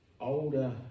older